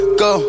go